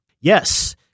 Yes